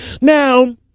Now